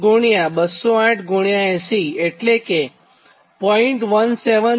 87°320880 એટલે કે 0